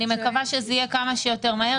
אני מקדם בברכה את שרת החינוך כאן אצלינו בוועדה,